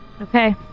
Okay